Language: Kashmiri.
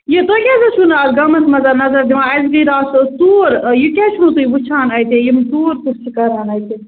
یہِ تُہۍ کیٛازِ حظ چھُو نہٕ اَز گامَس منٛز نظر دِوان اَسہِ گٔے اَتھ ژوٗر یہِ کیٛاہ چھُو تُہۍ وُچھان اَتہِ یِم ژوٗر کُس چھُ کَران اَتہِ